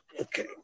Okay